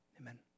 Amen